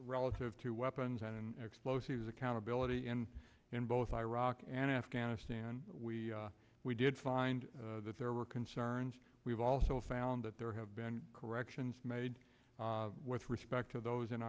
relative to weapons and explosives accountability and in both iraq and afghanistan we we did find that there were concerns we've also found that there have been corrections made with respect to those in